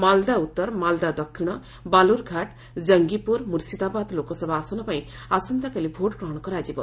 ମାଲଦା ଉତ୍ତର ମାଲଦା ଦକ୍ଷିଣ ବାଲୁରଘାଟ୍ ଜଙ୍ଗିପୁର ମୁର୍ସିଦାବାଦ୍ ଲୋକସଭା ଆସନ ପାଇଁ ଆସନ୍ତାକାଲି ଭୋଟ୍ ଗ୍ରହଣ କରାଯିବ